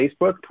Facebook